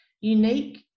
unique